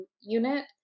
unit